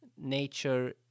nature